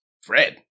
Fred